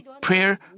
prayer